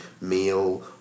meal